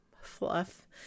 fluff